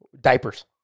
diapers